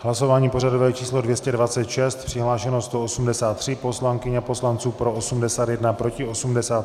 V hlasování pořadové číslo 226 přihlášeno 183 poslankyň a poslanců, pro 81, proti 83.